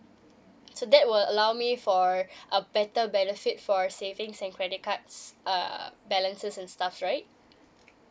so that will allow me for a better benefit for a savings and credit cards uh balances and stuff right